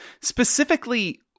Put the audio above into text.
Specifically